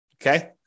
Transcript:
Okay